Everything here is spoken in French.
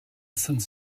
sainte